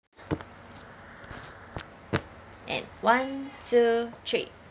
and one two three